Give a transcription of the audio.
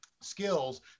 skills